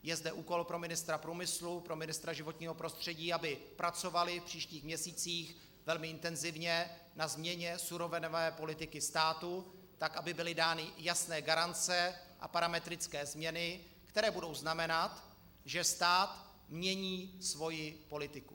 Je zde úkol pro ministra průmyslu, pro ministra životního prostředí, aby pracovali v příštích měsících velmi intenzivně na změně surovinové politiky státu tak, aby byly dány jasné garance a parametrické změny, které budou znamenat, že stát mění svoji politiku.